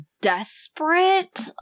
desperate